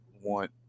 want